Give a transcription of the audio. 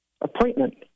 appointment